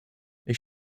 ich